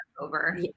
over